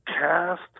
cast